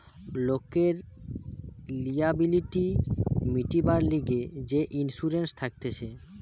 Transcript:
লোকের লিয়াবিলিটি মিটিবার লিগে যে ইন্সুরেন্স থাকতিছে